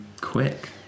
quick